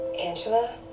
Angela